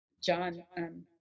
John